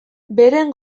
beren